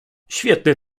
świetny